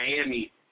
Miami